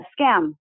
scam